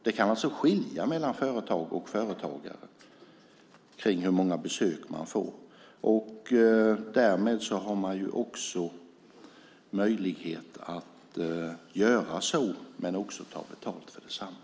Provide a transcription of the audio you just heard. Det kan alltså skilja från företag till företag hur många besök man får. Därmed har man möjlighet att göra så men också ta betalt för detsamma.